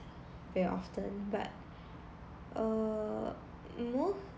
very often but err most